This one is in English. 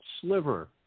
sliver